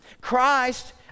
Christ